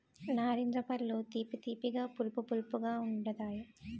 నారింజ పళ్ళు తీపి తీపిగా పులుపు పులుపుగా ఉంతాయి